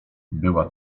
była